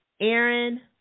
Aaron